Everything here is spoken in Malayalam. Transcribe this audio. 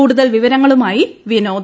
കൂടുതൽ വിവരങ്ങളുമായി വിനോദ്